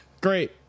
great